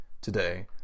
today